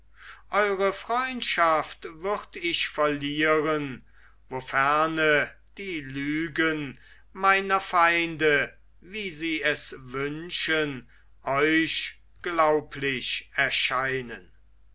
eure freundschaft würd ich verlieren woferne die lügen meiner feinde wie sie es wünschen euch glaublich erschienen